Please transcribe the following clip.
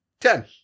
ten